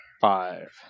Five